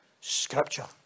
Scripture